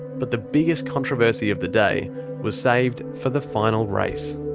but the biggest controversy of the day was saved for the final race.